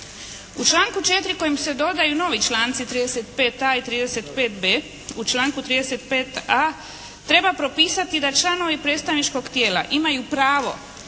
U članku 4. kojim se dodaju novi članci 35.a i 35.b u članku 35.a treba propisati da članovi predstavničkog tijela imaju pravo